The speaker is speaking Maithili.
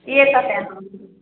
ई तऽ केलहुॅं